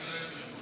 שלוש דקות.